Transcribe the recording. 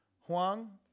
Huang